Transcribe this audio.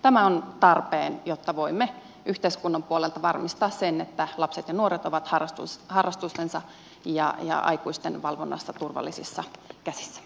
tämä on tarpeen jotta voimme yhteiskunnan puolelta varmistaa sen että lapset ja nuoret ovat harrastuksissaan ja aikuisten valvonnassa turvallisissa käsissä